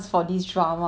!wah! super